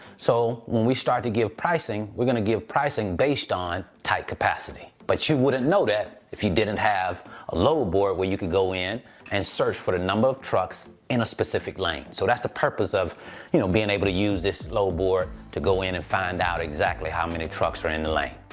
so when we start to give pricing, we're gonna give pricing based on tight capacity, but you wouldn't know that if you didn't have a load board where you could go in and search for the number of trucks in a specific lane. so that's the purpose of you know being able to use this load board to go in and find out exactly how many trucks are in the lane.